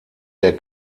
der